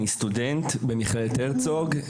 אני סטודנט לחינוך והוראה במכללת הרצוג,